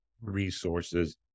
resources